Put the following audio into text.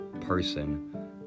person